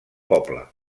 poble